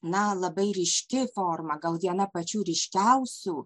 na labai ryški forma gal viena pačių ryškiausių